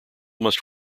must